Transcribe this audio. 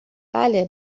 بله